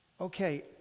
okay